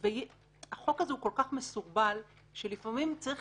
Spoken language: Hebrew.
החוק הזה כל כך מסורבל שלפעמים צריך